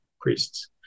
priests